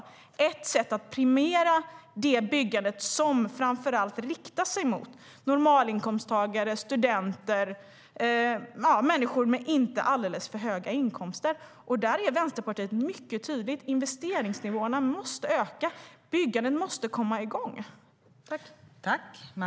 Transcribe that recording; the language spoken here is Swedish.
Vi behöver ha ett sätt att premiera det byggande som framför allt riktar sig till normalinkomsttagare, studenter och andra människor med inte alltför höga inkomster. Där är Vänsterpartiet mycket tydligt; investeringsnivåerna måste öka. Byggandet måste komma igång.